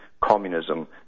communism